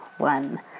One